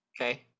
okay